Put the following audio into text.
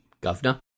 governor